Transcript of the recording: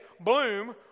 bloom